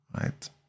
right